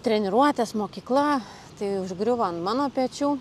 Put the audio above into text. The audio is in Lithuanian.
treniruotės mokykla tai užgriuvo an mano pečių